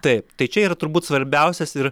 taip tai čia yra turbūt svarbiausias ir